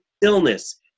illness